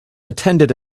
attended